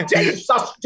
Jesus